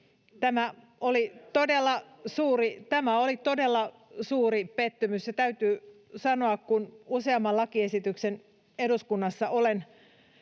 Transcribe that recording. Tämä oli todella suuri pettymys, täytyy sanoa, kun useamman lakiesityksen olen eduskunnassa